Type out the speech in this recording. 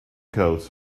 codes